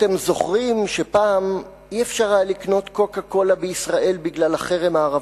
אתם זוכרים שפעם לא היה אפשר לקנות "קוקה קולה" בישראל בגלל החרם הערבי?